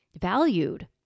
valued